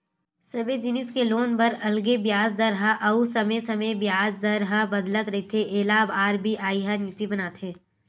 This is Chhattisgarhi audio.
सबे जिनिस के लोन बर अलगे बियाज दर हे अउ समे समे बियाज दर ह बदलत रहिथे एला आर.बी.आई ह नीति बनाथे